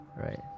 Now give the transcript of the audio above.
Right